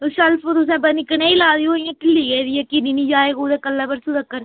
shelf तुसें पता निं कनेही लाई दी ओह् इ'यां ढिल्ली जेही दी ऐ किरी निं जाए कुतै कल्लै परसूं तक्कर